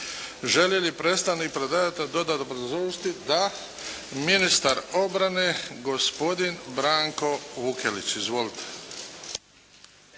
Žele li predstavnik predlagatelja dodatno obrazložiti? Da. Ministar obrane, gospodin Branko Vukelić. Izvolite.